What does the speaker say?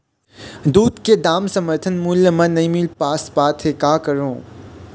दूध के दाम समर्थन मूल्य म नई मील पास पाथे, का करों?